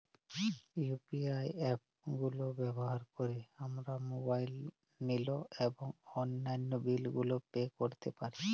UPI app গুলো ব্যবহার করে আমরা মোবাইল নিল এবং অন্যান্য বিল গুলি পে করতে পারি